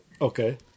Okay